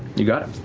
you got it.